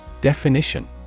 Definition